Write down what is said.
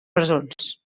presons